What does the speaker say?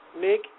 Nick